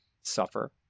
suffer